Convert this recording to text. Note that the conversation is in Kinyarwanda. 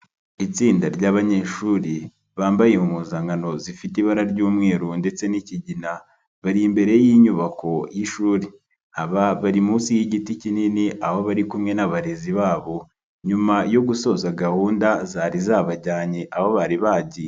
Itsinda ry'abanyeshuri bambaye impuzankano zifite ibara ry'umweru ndetse n'ikigina, bari imbere y'inyubako y'ishuri, aba bari munsi y'igiti kinini aho bari kumwe n'abarezi babo, nyuma yo gusoza gahunda zari zabajyanye aho bari bagiye.